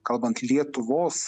kalbant lietuvos